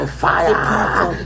fire